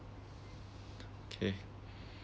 okay